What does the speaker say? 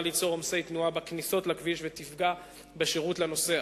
ליצור עומסי תנועה בכניסות לכביש ותפגע בשירות לנוסע.